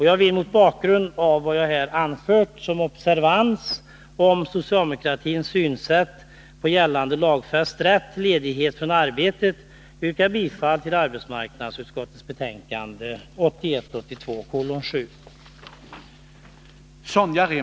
Jag vill mot bakgrund av vad jag här har anfört om socialdemokratins syn på gällande lagfäst rätt till ledighet från arbetet yrka bifall till utskottets hemställan.